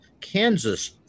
Kansas